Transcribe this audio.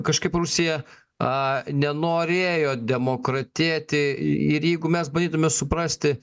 kažkaip rusija a nenorėjo demokratėti ir jeigu mes bandytume suprasti